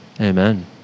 Amen